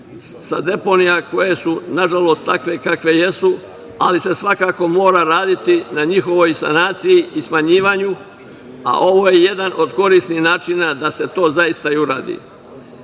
sa deponija koje su, nažalost, takve kakve jesu, ali se svakako mora raditi na njihovoj sanaciji i smanjivanju. Ovo je jedan od korisnih načina da se to zaista i uradi. Sa